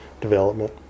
development